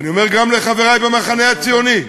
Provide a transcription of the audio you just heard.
ואני אומר גם לחברי במחנה הציוני: